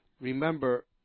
remember